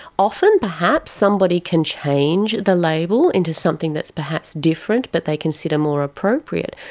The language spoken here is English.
often perhaps somebody can change the label into something that's perhaps different but they consider more appropriate,